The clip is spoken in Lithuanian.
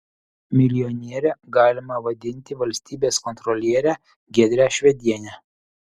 milijoniere galima vadinti valstybės kontrolierę giedrę švedienę